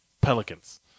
Pelicans